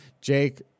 Jake